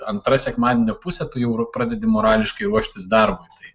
antra sekmadienio pusė tu jau pradedi morališkai ruoštis darbui tai